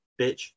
bitch